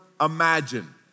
imagine